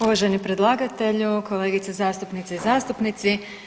Uvaženi predlagatelju, kolegice zastupnice i zastupnici.